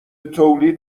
تولید